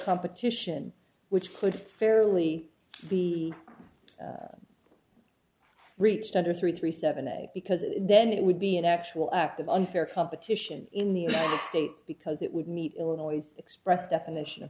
competition which could fairly be reached under three three seven a because then it would be an actual act of unfair competition in the united states because it would meet illinois express definition of